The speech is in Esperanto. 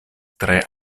tre